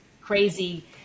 crazy